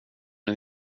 hur